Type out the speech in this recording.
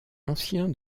ancien